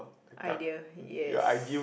idea yes